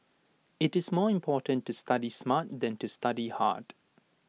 IT is more important to study smart than to study hard